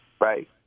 right